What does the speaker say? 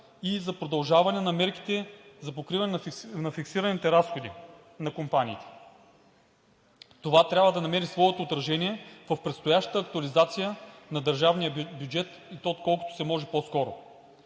и за продължаване на мерките за покриване на фиксираните разходи на компаниите. Това трябва да намери своето отражение в предстоящата актуализация на държавния бюджет, и то колкото се може по-скоро.